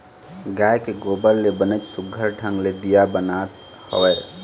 गाय के गोबर ले बनेच सुग्घर ढंग ले दीया बनात हवय